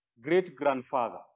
great-grandfather